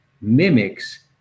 mimics